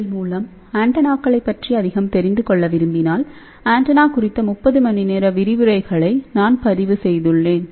L மூலம் ஆண்டெனாக்களைப் பற்றி அதிகம் தெரிந்து கொள்ள விரும்பினால் ஆண்டெனா குறித்த 30 மணிநேர விரிவுரைகளை நான் பதிவு செய்துள்ளேன்